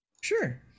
sure